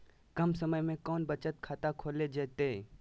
कम समय में कौन बचत खाता खोले जयते?